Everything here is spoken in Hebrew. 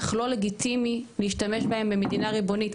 אך לא לגיטימי להשתמש בהם במדינה ריבונית,